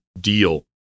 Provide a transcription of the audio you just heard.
deal